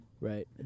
Right